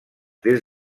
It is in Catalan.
des